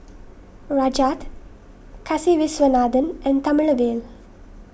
Rajat Kasiviswanathan and Thamizhavel